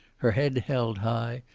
her head held high,